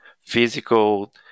physical